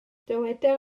dyweda